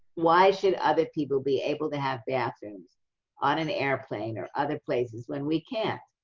why should other people be able to have bathrooms on an airplane or other places when we can't?